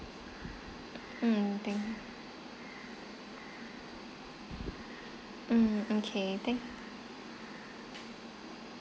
um thank~ mm okay thanks